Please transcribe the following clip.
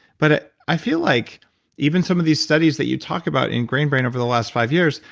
but i feel like even some of these studies that you talk about in grain brain over the last five years,